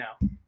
now